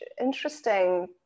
interesting